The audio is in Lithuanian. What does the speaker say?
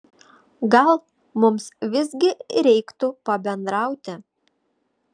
gal mums visgi reiktų pabendrauti